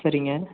சரிங்க